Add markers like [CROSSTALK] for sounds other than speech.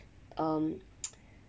um [NOISE]